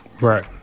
Right